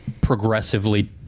progressively